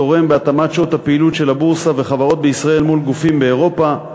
תורם בהתאמת שעות הפעילות של הבורסה וחברות בישראל מול גופי באירופה,